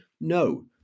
No